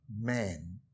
man